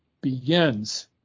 begins